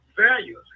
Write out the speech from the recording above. Values